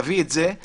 תביאי את זהו